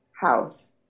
house